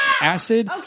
acid